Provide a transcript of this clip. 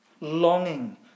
Longing